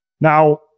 Now